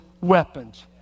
weapons